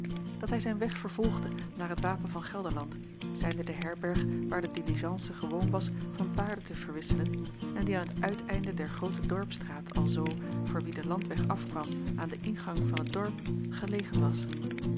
dat hij zijn weg vervolgde naar het wapen van gelderland zijnde de herberg waar de diligence gewoon was van paarden te verwisselen en die aan het uiteinde der groote dorpsstraat jacob van ennep laasje evenster alzoo voor wie den landweg afkwam aan den ingang van het dorp gelegen was